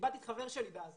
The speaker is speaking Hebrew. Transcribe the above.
איבדתי את חבר שלי בעזה